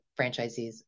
franchisees